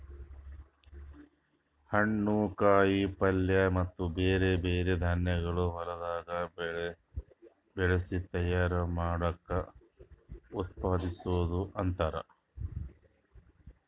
ಹಣ್ಣು, ಕಾಯಿ ಪಲ್ಯ ಮತ್ತ ಬ್ಯಾರೆ ಬ್ಯಾರೆ ಧಾನ್ಯಗೊಳ್ ಹೊಲದಾಗ್ ಬೆಳಸಿ ತೈಯಾರ್ ಮಾಡ್ದಕ್ ಉತ್ಪಾದಿಸು ಅಂತಾರ್